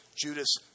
Judas